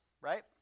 right